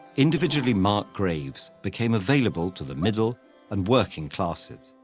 individually marked graves became available to the middle and working classes.